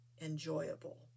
enjoyable